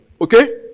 Okay